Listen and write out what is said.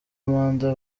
amanda